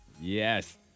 yes